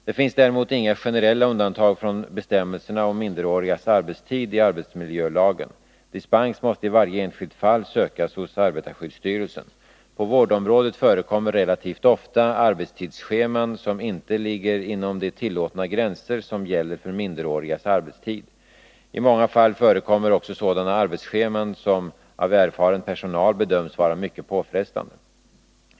Det finns däremot inga generella undantag från bestämmelserna om minderårigas arbetstid i arbetsmiljölagen. Dispens måste i varje enskilt fall sökas hos arbetarskyddsstyrelsen. På vårdområdet förekommer relativt ofta arbetstidsscheman som inte ligger inom de tillåtna gränser som gäller för minderårigas arbetstid. I många fall förekommer också sådana arbetsscheman som av erfaren personal bedöms vara mycket påfrestande.